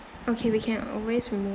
okay we can always remo~